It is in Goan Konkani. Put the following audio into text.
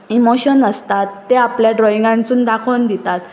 इमोशन आसतात ते आपल्या ड्रॉइंगांसून दाखोवन दितात